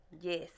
yes